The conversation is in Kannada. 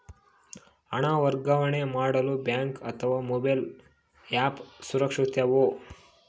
ಹಣ ವರ್ಗಾವಣೆ ಮಾಡಲು ಬ್ಯಾಂಕ್ ಅಥವಾ ಮೋಬೈಲ್ ಆ್ಯಪ್ ಸುರಕ್ಷಿತವೋ?